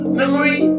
memory